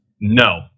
No